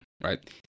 right